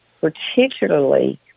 particularly